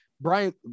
brian